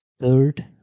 Third